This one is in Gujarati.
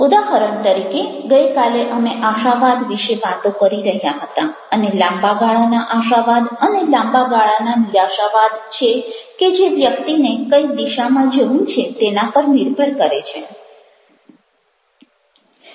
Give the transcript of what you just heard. ઉદાહરણ તરીકે ગઈ કાલે અમે આશાવાદ વિશે વાતો કરી રહ્યા હતા અને લાંબાગાળાના આશાવાદ અને લાંબાગાળાના નિરાશાવાદ છે કે જે વ્યક્તિને કઈ દિશામાં જવું છે તેના પર નિર્ભર કરે છે